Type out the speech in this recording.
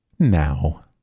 Now